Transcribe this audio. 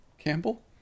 Campbell